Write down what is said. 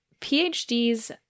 PhDs